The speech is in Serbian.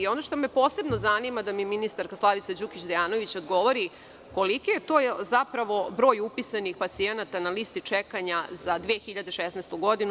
Ono što me posebno zanima da mi ministarka Slavica Đukić Dejanović odgovori – koliki je zapravo broj upisanih pacijenata na listi čekanja za 2016. godinu?